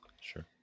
Sure